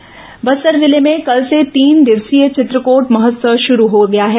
चित्रकोट महोत्सव बस्तर जिले में कल से तीन दिवसीय चित्रकोट महोत्सव शुरू हो गया है